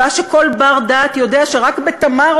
שעה שכל בר-דעת יודע שרק ב"תמר",